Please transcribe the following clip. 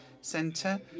centre